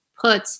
put